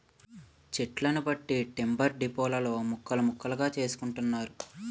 చెట్లను బట్టి టింబర్ డిపోలలో ముక్కలు ముక్కలుగా చేసుకుంటున్నారు